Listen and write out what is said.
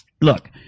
Look